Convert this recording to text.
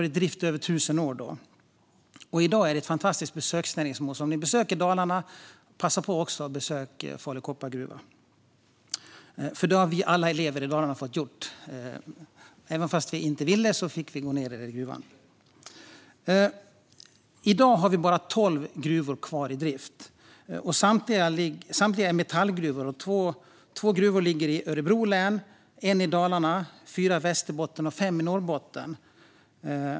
Jag kommer ihåg när den lades ned. I dag är den ett fantastiskt besöksmål. Passa på att besöka Falu koppargruva om ni besöker Dalarna! Det har alla vi som varit elever i Dalarna fått göra - även om vi inte ville det fick vi gå ned i gruvan. I dag har vi bara tolv gruvor kvar i drift. Samtliga är metallgruvor. Två gruvor ligger i Örebro län, en ligger i Dalarna, fyra ligger i Västerbotten och fem ligger i Norrbotten.